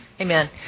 Amen